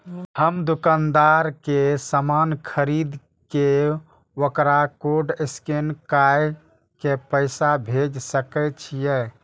हम दुकानदार के समान खरीद के वकरा कोड स्कैन काय के पैसा भेज सके छिए?